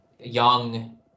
young